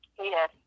Yes